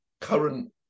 current